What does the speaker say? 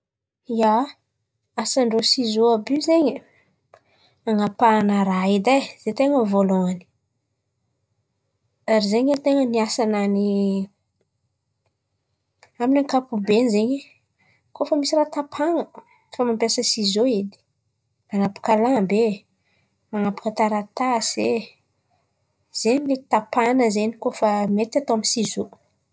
ia, asan-drô sisô àby io zen̈y han̈apahana raha edy ai zay ten̈any vôlôan̈y ary zen̈y ten̈any asan̈any amy ny ankapobean̈y zen̈y koa misy raha tapahan̈a mampiasa sisô edy. Manapaka lamba e, manapaka taratasy e, zen̈y mety tapahan̈a zen̈y koa fa mety atao amy ny sisô.